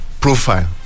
profile